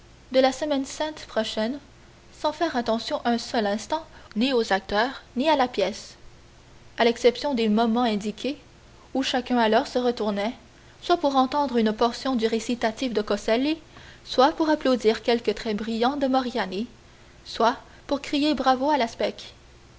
de la semaine sainte prochaine sans faire attention un seul instant ni aux acteurs ni à la pièce à l'exception des moments indiqués où chacun alors se retournait soit pour entendre une portion du récitatif de coselli soit pour applaudir quelque trait brillant de moriani soit pour crier bravo à la